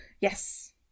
Yes